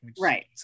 Right